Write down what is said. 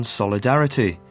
solidarity